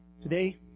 Today